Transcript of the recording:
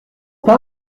pas